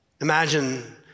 Imagine